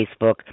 Facebook